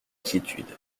quiétude